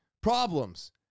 problems